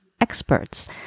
experts